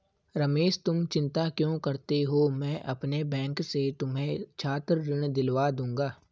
रमेश तुम चिंता क्यों करते हो मैं अपने बैंक से तुम्हें छात्र ऋण दिलवा दूंगा